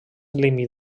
límit